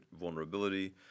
vulnerability